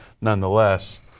nonetheless